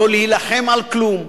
לא להילחם על כלום,